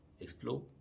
explore